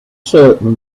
certain